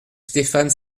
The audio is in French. stéphane